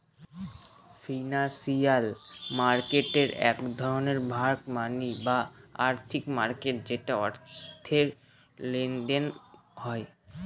financial মার্কেটের একটি ভাগ মানি বা আর্থিক মার্কেট যেখানে অর্থের লেনদেন হয়